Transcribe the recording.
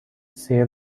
سرو